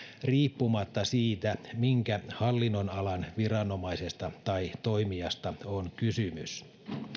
riippumatta siitä minkä hallinnonalan viranomaisesta tai toimijasta on kysymys